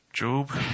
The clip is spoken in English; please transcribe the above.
Job